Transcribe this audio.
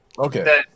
Okay